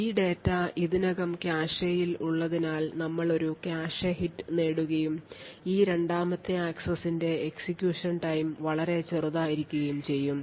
ഈ ഡാറ്റ ഇതിനകം കാഷെയിൽ ഉള്ളതിനാൽ നമ്മൾ ഒരു കാഷെ ഹിറ്റ് നേടുകയും ഈ രണ്ടാമത്തെ ആക്സസ്സിന്റെ execution time വളരെ ചെറുതായിരിക്കുകയും ചെയ്യും